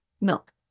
Milk